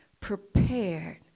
prepared